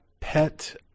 pet